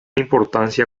importancia